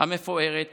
המפוארת